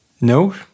no